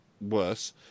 worse